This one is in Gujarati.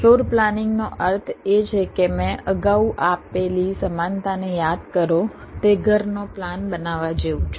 ફ્લોર પ્લાનિંગનો અર્થ એ છે કે મેં અગાઉ આપેલી સમાનતાને યાદ કરો તે ઘરનો પ્લાન બનાવવા જેવું છે